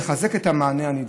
לחזק את המענה הנדרש.